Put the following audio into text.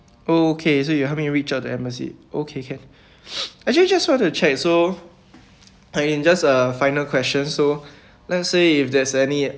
okay so you help me reach out the embassy okay can actually just want to check so uh in just a final question so let's say if there's any